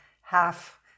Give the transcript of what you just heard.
half